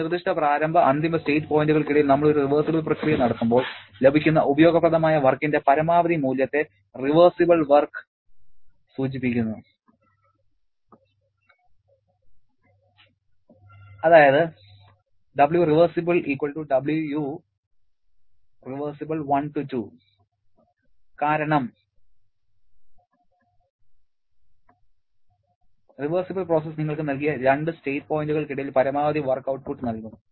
ഒരു നിർദ്ദിഷ്ട പ്രാരംഭ അന്തിമ സ്റ്റേറ്റ് പോയിന്റുകൾക്കിടയിൽ നമ്മൾ ഒരു റിവേർസിബിൾ പ്രക്രിയ നടത്തുമ്പോൾ ലഭിക്കുന്ന ഉപയോഗപ്രദമായ വർക്കിന്റെ പരമാവധി മൂല്യത്തെ റിവേർസിബിൾ വർക്ക് സൂചിപ്പിക്കുന്നു അതായത് Wrev Wu | 1rev→2 കാരണം റിവേർസിബിൾ പ്രോസസ് നിങ്ങൾക്ക് നൽകിയ 2 സ്റ്റേറ്റ് പോയിന്റുകൾക്കിടയിൽ പരമാവധി വർക്ക് ഔട്ട്പുട്ട് നൽകും